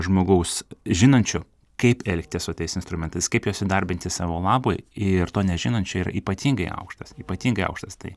žmogaus žinančio kaip elgtis su tais instrumentais kaip juos įdarbinti savo labui ir to nežinančio yra ypatingai aukštas ypatingai aukštas tai